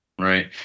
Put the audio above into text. Right